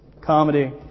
Comedy